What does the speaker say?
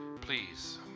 Please